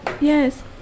yes